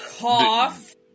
Cough